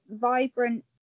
vibrant